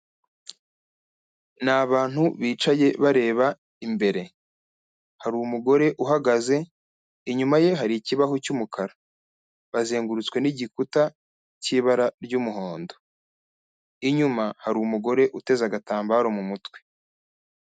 Ni abantu bicaye bareba imbere, hari umugore uhagaze, inyuma ye hari icyibaho cy'umukara, bazengurutswe n'igikuta cy'ibara ry'umuhondo, inyuma hari umugore uteze agatambaro mu mutwe.